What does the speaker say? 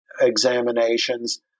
examinations